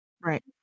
Right